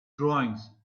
drawings